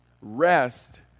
rest